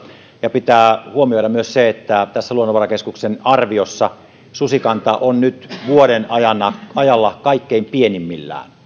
ja pitää huomioida myös se että tässä luonnonvarakeskuksen arviossa susikanta on nyt vuoden ajalla kaikkein pienimmillään